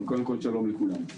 קודם כול שלום לכולם.